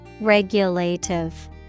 Regulative